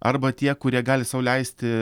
arba tie kurie gali sau leisti